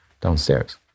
downstairs